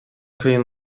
кыйын